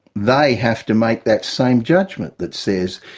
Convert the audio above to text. they have to make that same judgement that says,